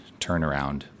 turnaround